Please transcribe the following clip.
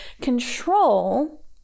Control